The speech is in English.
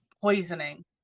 poisoning